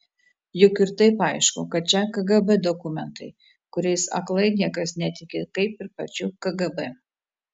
juk ir taip aišku kad čia kgb dokumentai kuriais aklai niekas netiki kaip ir pačiu kgb